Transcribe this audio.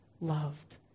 loved